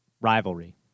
Rivalry